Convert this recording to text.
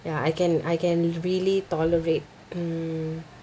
ya I can I can really tolerate mm